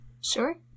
Sure